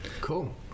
Cool